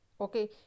Okay